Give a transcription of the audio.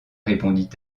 répondit